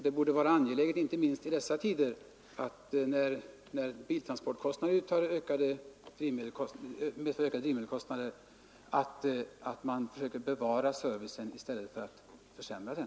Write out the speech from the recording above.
Det borde vara angeläget, inte minst i dessa tider när ökade drivmedelskostnader medför ökade kostnader för biltransporterna, att man söker bevara servicen i stället för att försämra den.